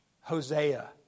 Hosea